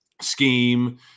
scheme